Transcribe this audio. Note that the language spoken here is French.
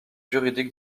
juridiques